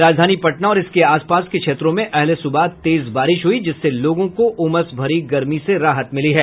राजधानी पटना और इसके आस पास के क्षेत्रों में अहले सुबह तेज बारिश हुई जिससे लोगों को उमस भरी गर्मी से राहत मिली है